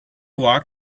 walk